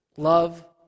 Love